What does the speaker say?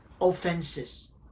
offenses